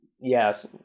Yes